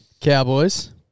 Cowboys